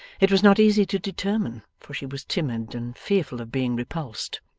it was not easy to determine, for she was timid and fearful of being repulsed.